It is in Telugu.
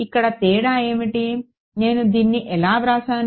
ఇక్కడ తేడా ఏమిటి నేను దీన్ని ఎలా చేసాను